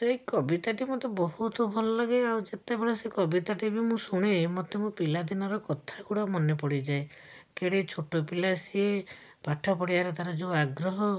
ସେହି କବିତାଟି ମୋତେ ବହୁତ ଭଲଲାଗେ ଆଉ ଯେତେବେଳେ ସେ କବିତାଟି ମୁଁ ଶୁଣେ ମୋତେ ମୋ ପିଲାଦିନର କଥାଗୁଡ଼ା ମନେ ପଡ଼ିଯାଏ କେଡ଼େ ଛୋଟ ପିଲା ସେ ପାଠ ପଢ଼ିଆର ତା'ର ଯେଉଁ ଆଗ୍ରହ